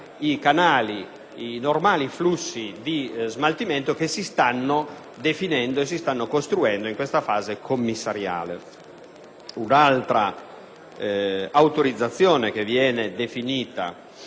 intasare i normali flussi di smaltimento che si stanno definendo e costruendo in questa fase commissariale. Un'altra autorizzazione che viene definita,